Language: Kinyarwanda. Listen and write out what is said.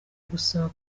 gusaba